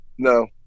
No